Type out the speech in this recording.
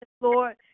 Lord